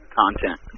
content